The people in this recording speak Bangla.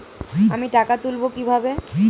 আমি টাকা তুলবো কি ভাবে?